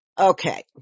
Okay